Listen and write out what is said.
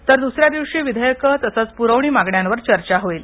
तर द्सऱ्या दिवशी विधेयकं तसंच प्रवणी मागण्यांवर चर्चा होईल